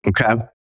Okay